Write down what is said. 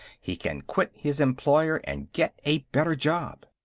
he can quit his employer and get a better job.